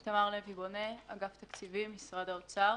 אני תמר לוי בונה, אגף התקציבים, משרד האוצר.